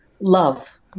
love